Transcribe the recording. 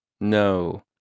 No